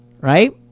right